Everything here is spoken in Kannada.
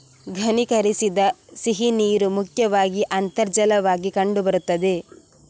ಘನೀಕರಿಸದ ಸಿಹಿನೀರು ಮುಖ್ಯವಾಗಿ ಅಂತರ್ಜಲವಾಗಿ ಕಂಡು ಬರುತ್ತದೆ